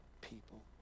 people